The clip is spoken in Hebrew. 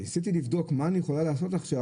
ניסיתי לעשות מה אני יכולה לעשות עכשיו,